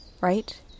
right